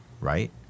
right